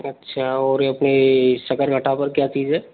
अच्छा और अपने ये सकरघाटा पर क्या चीज है